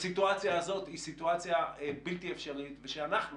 שהסיטואציה הזאת היא סיטואציה בלתי אפשרית ושאנחנו